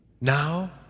Now